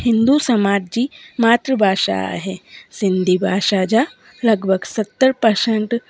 हिंदू समाज जी मातृ भाषा आहे सिंधी भाषा लॻभॻि सतरि परसेंट